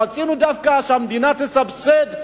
רצינו דווקא שהמדינה תסבסד,